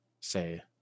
say